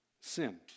sin